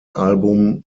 album